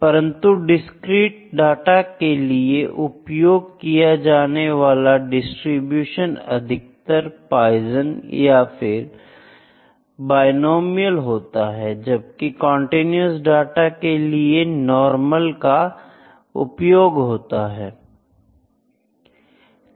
परंतु discrete data के लिए उपयोग किए जाने वाला डिस्ट्रीब्यूशन अधिकतर पॉइजन और बायनॉमिनल होता है जबकि कंटीन्यूअस डाटा के लिए नॉर्मल का उपयोग होता है